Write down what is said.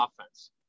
offense